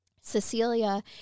Cecilia